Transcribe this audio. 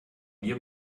wir